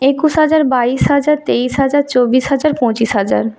একুশ হাজার বাইশ হাজার তেইশ হাজার চব্বিশ হাজার পঁচিশ হাজার